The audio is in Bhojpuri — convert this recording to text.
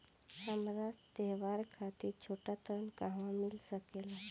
हमरा त्योहार खातिर छोटा ऋण कहवा मिल सकेला?